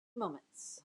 moments